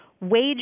Wage